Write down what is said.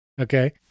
Okay